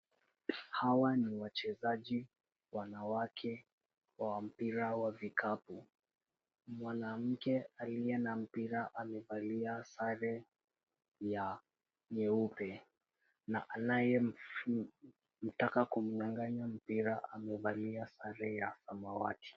Hawa ni wachezaji wanawake wa mpira wa vikapu. Mwanamke aliye na mpira amevalia sare ya nyeupe na anayetaka kumnyang'anya mpira, amevalia sare ya samawati.